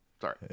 Sorry